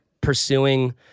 pursuing